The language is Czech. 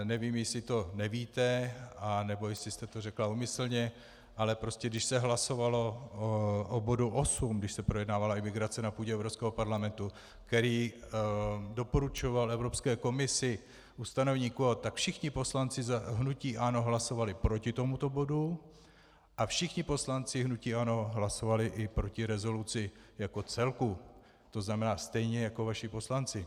Nevím, jestli to nevíte nebo jestli jste to řekla úmyslně, ale prostě když se hlasovalo o bodu 8, když se projednávala imigrace na půdě Evropského parlamentu, který doporučoval Evropské komisi ustanovení kvót, tak všichni poslanci za hnutí ANO hlasovali proti tomuto bodu a všichni poslanci hnutí ANO hlasovali i proti rezoluci jako celku, to znamená stejně jako vaši poslanci.